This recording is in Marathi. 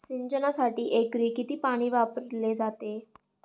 सिंचनासाठी एकरी किती पाणी वापरले जाते?